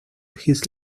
his